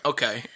Okay